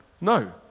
no